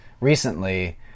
recently